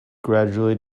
gradually